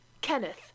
Kenneth